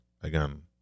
again